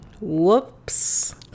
whoops